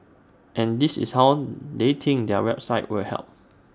and this is how they think their website will help